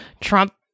Trump